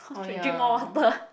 oh ya